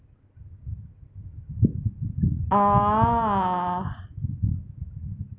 orh